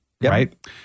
right